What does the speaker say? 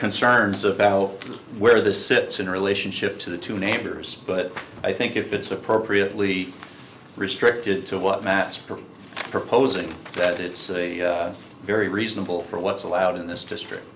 concerns about where the sits in relationship to the two neighbors but i think if it's appropriately restricted to what matz for proposing that it's a very reasonable for what's allowed in this district